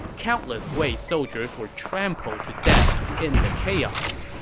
countless wei soldiers were trampled to death in the chaos.